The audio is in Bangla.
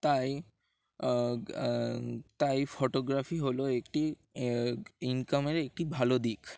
তাই তাই ফটোগ্রাফি হলো একটি ইনকামের একটি ভালো দিক